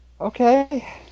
Okay